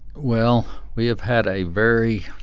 well we have had a very